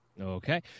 Okay